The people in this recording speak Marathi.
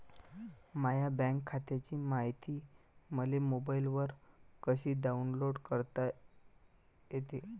माह्या बँक खात्याची मायती मले मोबाईलवर कसी डाऊनलोड करता येते?